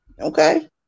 Okay